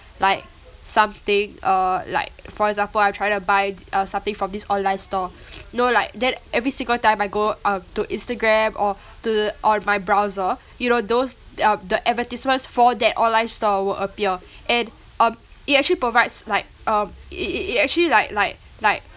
like something uh like for example I'm trying to buy uh something from this online store know like that every single time I go um to instagram or to the on my browser you know those uh the advertisements for that online store will appear and um it actually provides like um it it it actually like like like